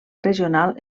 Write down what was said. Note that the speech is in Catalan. regional